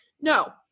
no